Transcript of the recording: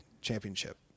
championship